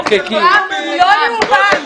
לא יאומן.